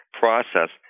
process